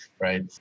right